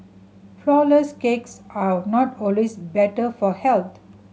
flourless cakes are not always better for health